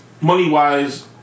money-wise